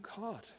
God